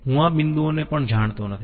હું આ બિંદુઓને પણ જાણતો નથી